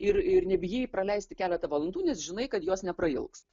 ir ir nebijai praleisti keletą valandų nes žinai kad jos neprailgs